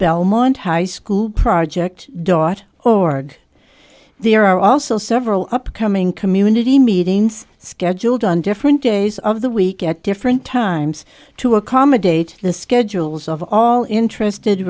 belmont high school project dot org there are also several upcoming community meetings scheduled on different days of the week at different times to accommodate the schedules of all interested